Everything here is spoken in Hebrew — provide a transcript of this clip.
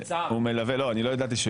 הוא מלווה, לא, אני לא ידעתי שהוא